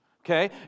Okay